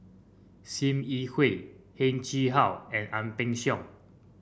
Sim Yi Hui Heng Chee How and Ang Peng Siong